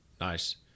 Nice